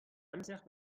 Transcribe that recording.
amzer